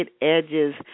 Edges